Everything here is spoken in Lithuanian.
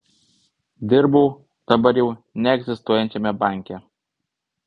dirbau dabar jau neegzistuojančiame banke